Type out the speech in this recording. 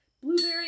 Blueberry